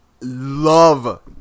love